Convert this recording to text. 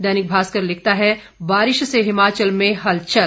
दैनिक भास्कर लिखता है बारिश से हिमाचल में हलचल